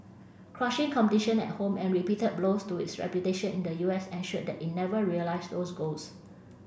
crushing competition at home and repeated blows to its reputation in the U S ensured that it never realised those goals